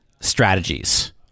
strategies